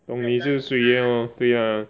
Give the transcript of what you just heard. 懂你是谁 lor 对 ah